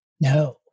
no